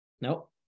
Nope